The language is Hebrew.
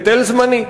היטל זמני.